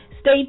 Stay